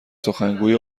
سخنگوی